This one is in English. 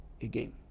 again